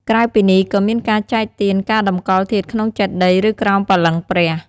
ក្រៅពីនេះ ក៏មានការចែកទាន ការតម្កល់ធាតុក្នុងចេតិយ ឬក្រោមបល្ល័ង្គព្រះ។